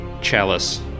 chalice